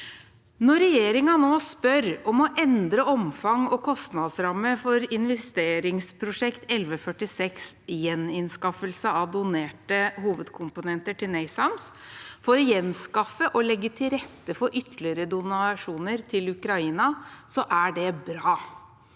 Når regjeringen nå spør om å endre omfang og kostnadsramme for investeringsprosjekt 1146, Gjenanskaffelse av donerte hovedkomponenter til NASAMS, for å gjenanskaffe og legge til rette for ytterligere donasjoner til Ukraina, er det bra.